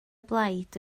blaid